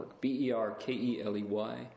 B-E-R-K-E-L-E-Y